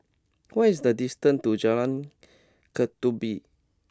what is the distance to Jalan Ketumbit